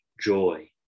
joy